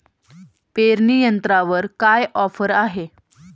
पेरणी यंत्रावर काय ऑफर आहे?